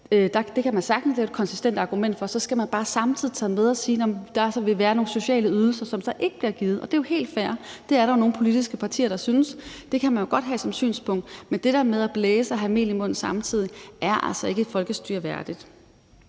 Det kan man sagtens have et konsistent argument for, men så skal man bare samtidig tage det med, at man siger, at der så vil være nogle sociale ydelser, som så ikke vil blive givet. Det er jo helt fair; det er der jo nogle politiske partier der synes; det kan man jo godt have som synspunkt. Men det der med at blæse og have mel i munden samtidig er altså ikke et folkestyre værdigt.